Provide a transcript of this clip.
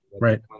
right